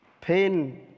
pain